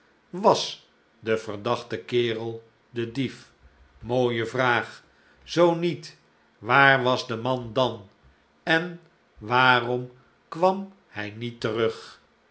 was de verdachte kerel de dief mooie vraag zoo niet waar was de man dan en waarom kwam hij niet terug